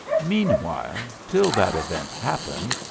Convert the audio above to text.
meanwhile, till that event happen,